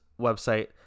website